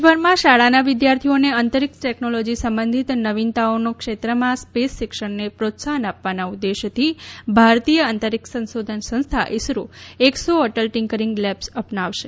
દેશભરમાં શાળાના વિદ્યાર્થીઓને અંતરીક્ષ ટેકનોલોજી સંબંધિત નવીનતાઓના ક્ષેત્રમાં સ્પેસ શિક્ષણને પ્રોત્સાહન આપવાના ઉદેશથી ભારતીય અંતરીક્ષ સંસોધન સંસ્થા ઇસરો એક્સો અટલ ટિંકરિંગ લેબ્સ અપનાવશે